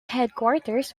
headquarters